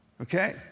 Okay